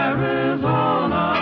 Arizona